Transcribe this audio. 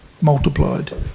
multiplied